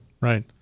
Right